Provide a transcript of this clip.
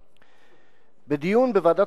ולענייננו,